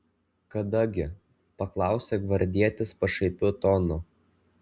kada gi paklausė gvardietis pašaipiu tonu